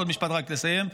עוד משפט, רק לסיים.